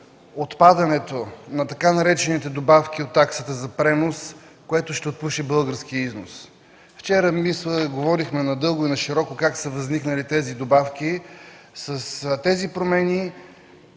отпадането на така наречените „добавки” в таксата за пренос, което ще отпуши българския износ. Вчера, мисля, говорихме надълго и нашироко как са възникнали тези добавки. С тези промени